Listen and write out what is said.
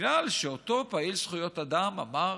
בגלל שאותו פעיל זכויות אדם אמר,